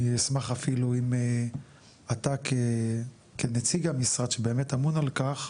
אני אשמח אפילו אם אתה כנציג המשרד שבאמת אמון על כך,